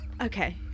Okay